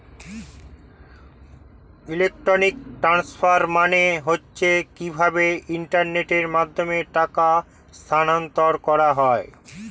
electronic transfer মানে হচ্ছে কিভাবে ইন্টারনেটের মাধ্যমে টাকা স্থানান্তর করা হয়